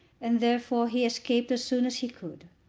and therefore he escaped as soon as he could.